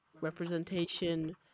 representation